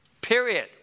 Period